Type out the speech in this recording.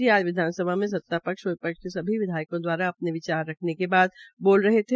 मुख्यमंत्री आज विधानसभा में सत्ता पक्ष व विपक्ष के सभी विधायकों दवारा अपने विचार रखने के बाद बोल रहे थे